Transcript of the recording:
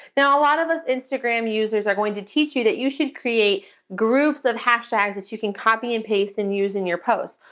now, a lot of us instagram users are going to teach you that you should create groups of hashtags that you can copy and paste and use in your post.